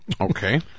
Okay